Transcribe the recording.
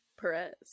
Perez